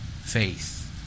Faith